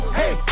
hey